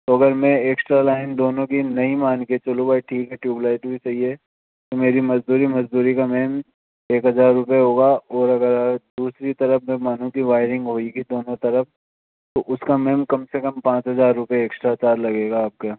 तो अगर मैं एक्स्ट्रा लाइन दोनों की नहीं मान के चलूँ भाई ठीक है ट्यूब लाइट भी सही है तो मेरी मजदूरी मजदूरी का मैम एक हज़ार रुपये होगा और अगर दूसरी तरफ मैं मानूँ की वायरिंग होगी दोनों तरफ तो उसका मैम कम से कम पाँच हज़ार रुपये एक्स्ट्रा चार्ज लगेगा आपके यहाँ